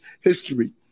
history